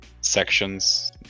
Sections